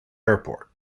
airport